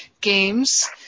games